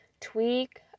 tweak